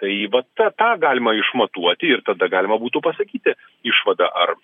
tai va ta tą galima išmatuoti ir tada galima būtų pasakyti išvadą ar